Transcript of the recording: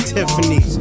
Tiffany